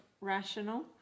rational